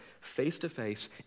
face-to-face